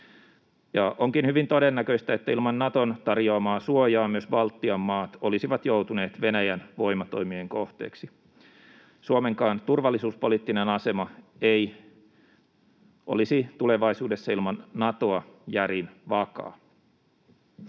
Onkin hyvin todennäköistä, että ilman Naton tarjoamaa suojaa myös Baltian maat olisivat joutuneet Venäjän voimatoimien kohteeksi. Suomenkaan turvallisuuspoliittinen asema ei olisi tulevaisuudessa ilman Natoa järin vakaa.